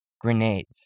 grenades